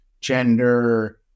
gender